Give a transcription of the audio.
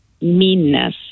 meanness